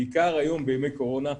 בעיקר היום בימי קורונה.